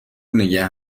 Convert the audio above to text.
نگه